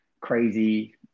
crazy